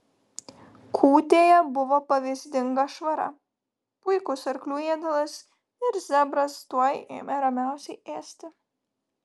kūtėje buvo pavyzdinga švara puikus arklių ėdalas ir zebras tuoj ėmė ramiausiai ėsti